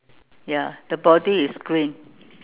ya the body is green